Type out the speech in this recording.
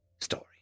story